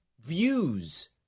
views